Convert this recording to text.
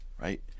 right